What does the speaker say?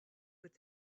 with